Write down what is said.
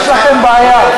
יש לכם בעיה,